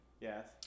Yes